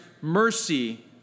mercy